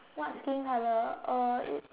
what skin colour oh it's